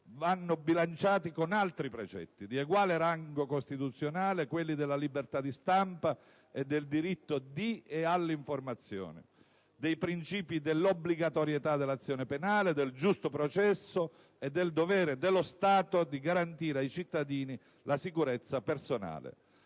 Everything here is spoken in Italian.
essere bilanciato con altri precetti, di uguale rango costituzionale, quali quelli della libertà di stampa e del diritto di/alla informazione, dei principi dell'obbligatorietà dell'azione penale, del giusto processo e del dovere dello Stato di garantire ai cittadini la sicurezza personale.